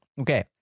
Okay